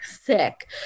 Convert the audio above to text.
sick